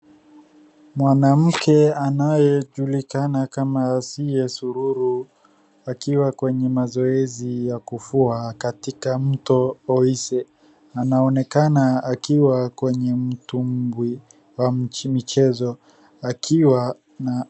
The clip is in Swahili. Mwanamke anayejulikana kama Siye Sururu akiwa kwenye mazoezi ya kugua katika mto wa Ise , anaonekana akiwa kwenye mtumbwi wa mchezo. Akiwa na.